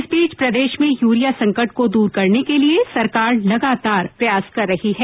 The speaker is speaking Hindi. इस बीच प्रदेश में यूरिया संकट को दूर करने के लिये सरकार लगातार प्रयास कर रही है